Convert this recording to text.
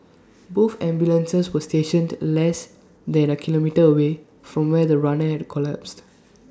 both ambulances were stationed less than A kilometre away from where the runner had collapsed